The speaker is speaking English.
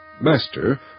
Master